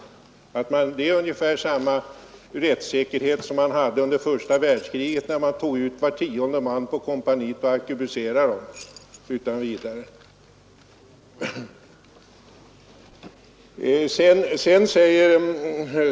— Propositionens förslag innebär ungefär samma slags rättssäkerhet som tillämpades under första världskriget när var tionde man på kompanierna togs ut och arkebuserades för att återställa disciplinen.